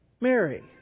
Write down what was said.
Mary